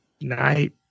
Night